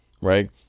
Right